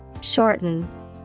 Shorten